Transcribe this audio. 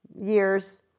years